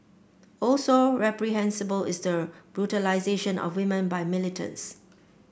also reprehensible is the brutalisation of women by militants